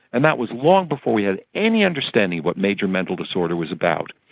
and that was long before we had any understanding what major mental disorder was about.